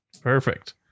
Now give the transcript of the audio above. Perfect